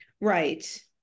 Right